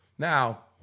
Now